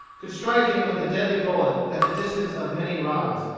could strike him with the deadly bullet at the distance of many rods.